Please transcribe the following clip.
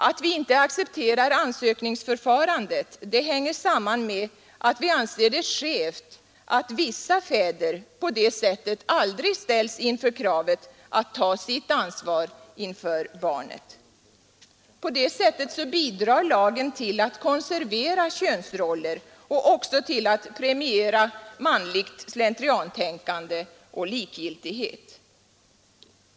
Att vi inte accepterar ansökningsförfarandet hänger samman med att vi anser det skevt att vissa fäder på det sättet aldrig ställs inför kravet att ta sitt ansvar inför barnet. På det sättet bidrar lagen till att konservera könsroller och också till att premiera manligt slentriantänkande och likgiltighet.